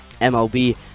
mlb